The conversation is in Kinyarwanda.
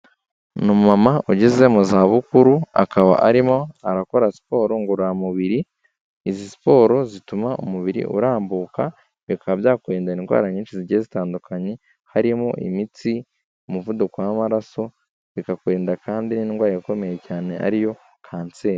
Ni umumama ugeze mu za bukuru, akaba arimo arakora siporo ngororamubiri, izi siporo zituma umubiri urambuka bikaba byakurinda indwara nyinshi zigiye zitandukanye, harimo imitsi, umuvuduko w'amaraso, bikakurinda kandi n'indwara ikomeye cyane ariyo kanseri.